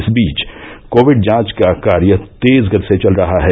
इस बीच कोविड जांच का कार्य तेज गति से चल रहा है